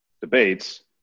debates